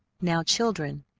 now, children,